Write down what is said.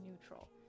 neutral